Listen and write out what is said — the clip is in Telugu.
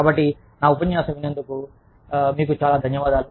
కాబట్టి నా ఉపన్యాసం విన్నందుకు చాలా ధన్యవాదాలు